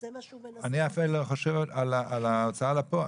זה מה שהוא מנסה --- אני אפילו חושב על הוצאה לפועל.